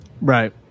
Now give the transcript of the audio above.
right